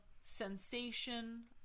sensation